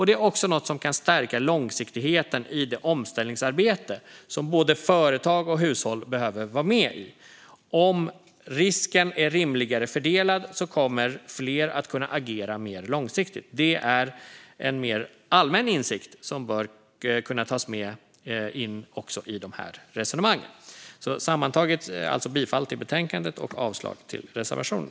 Det är också något som kan stärka långsiktigheten i det omställningsarbete som både företag och hushåll behöver vara med i. Om risken är rimligare fördelad kommer fler att kunna agera mer långsiktigt. Det är en mer allmän insikt som bör kunna tas med också in i de här resonemangen. Sammantaget yrkar jag alltså bifall till utskottets förslag i betänkandet och avslag på reservationen.